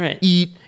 eat